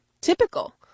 Typical